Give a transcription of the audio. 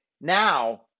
now